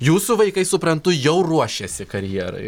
jūsų vaikai suprantu jau ruošiasi karjerai